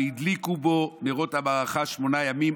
והדליקו ממנו נרות המערכה שמונה ימים,